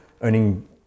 earning